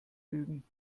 lügen